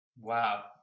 Wow